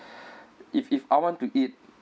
if if I want to eat